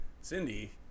Cindy